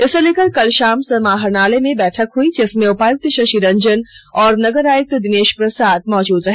इसे लेकर कल शाम समाहरणालय में बैठक हुई जिसमें उपायुक्त शशि रंजन और नगर आयुक्त दिनेश प्रसाद मौजूद रहे